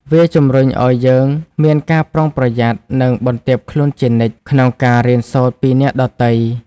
វាជំរុញឲ្យយើងមានការប្រុងប្រយ័ត្ន និងបន្ទាបខ្លួនជានិច្ច ក្នុងការរៀនសូត្រពីអ្នកដទៃ។